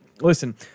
Listen